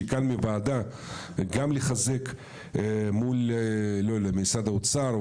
כאן והוועדה וגם לחזק מול משרד האוצר,